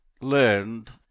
learned